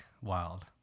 Wild